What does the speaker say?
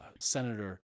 senator